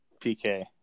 PK